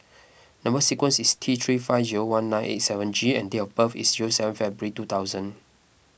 Number Sequence is T three five one nine eight seven G and date of birth is seven February two thousand